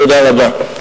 תודה רבה.